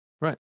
right